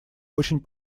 очень